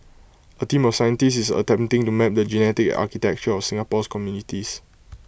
A team of scientists is attempting to map the genetic architecture of Singapore's communities